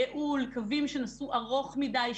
ייעול קווים שנסעו ארוך מדי,